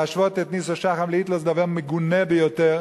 להשוות את ניסו שחם להיטלר זה דבר מגונה ביותר,